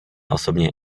osobně